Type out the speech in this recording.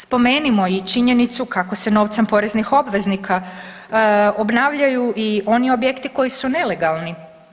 Spomenimo i činjenicu kako se novcem poreznih obveznika obnavljaju i oni objekti koji su nelegalni.